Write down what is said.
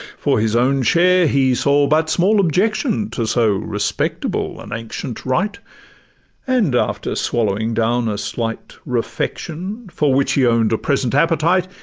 for his own share he saw but small objection to so respectable an ancient rite and, after swallowing down a slight refection, for which he own'd a present appetite,